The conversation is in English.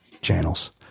channels